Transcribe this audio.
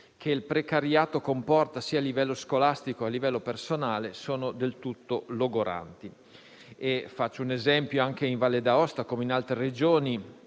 che il precariato comporta a livello sia scolastico sia personale sono del tutto logoranti. Faccio un esempio: anche in Valle D'Aosta, come in altre Regioni,